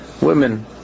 Women